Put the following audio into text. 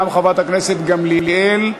גם חברת הכנסת גמליאל,